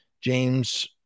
James